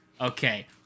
okay